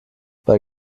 bei